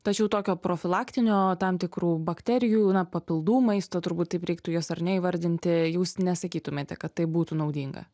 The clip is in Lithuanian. tačiau tokio profilaktinio tam tikrų bakterijų na papildų maisto turbūt taip reiktų juos ar ne įvardinti jūs nesakytumėte kad tai būtų naudinga